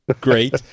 great